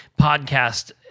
podcast